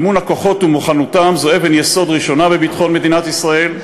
אימון הכוחות ומוכנותם הם אבן יסוד ראשונה בביטחון מדינת ישראל,